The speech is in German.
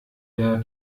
der